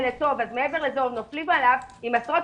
ומעבר לזה עוד נופלים עליו עם עשרות